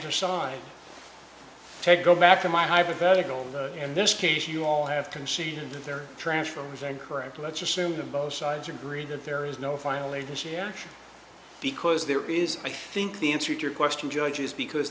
decide ted go back to my hypothetical in this case you all have conceded their trash are very correct let's assume both sides agreed that there is no finally this year because there is i think the answer to your question judges because